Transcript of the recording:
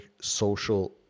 social